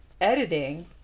editing